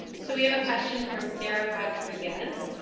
so we have a question from sarah rodriguez.